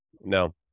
no